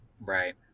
Right